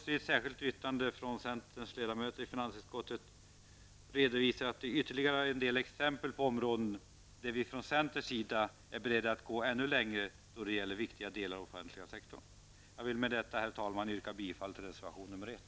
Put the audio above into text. I ett särskilt yttrande har centerns ledamöter i finansutskottet redovisat ytterligare en del exempel på områden där vi är beredda att gå ännu längre då det gäller viktiga delar av den offentliga sektorn. Jag vill med detta, herr talman, yrka bifall till reservation nr 1.